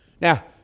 Now